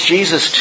Jesus